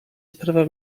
sprawia